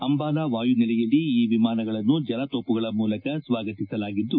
ಅಂಬಾಲ ವಾಯು ನೆಲೆಯಲ್ಲಿ ಈ ವಿಮಾನಗಳನ್ನು ಜಲತೋಪುಗಳ ಮೂಲಕ ಸ್ವಾಗತಿಸಲಾಗಿದ್ದು